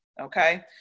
Okay